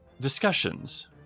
discussions